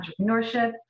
entrepreneurship